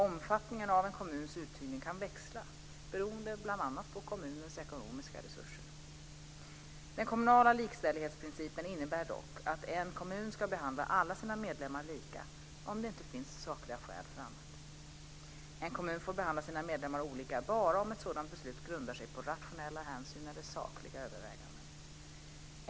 Omfattningen av en kommuns uthyrning kan växla beroende bl.a. på kommunens ekonomiska resurser. Den kommunala likställighetsprincipen innebär dock att en kommun ska behandla alla sina medlemmar lika om det inte finns sakliga skäl för annat. En kommun får behandla sina medlemmar olika bara om ett sådant beslut grundar sig på rationella hänsyn eller sakliga överväganden.